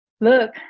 look